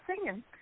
singing